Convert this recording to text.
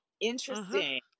Interesting